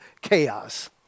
chaos